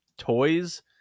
toys